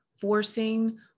forcing